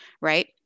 right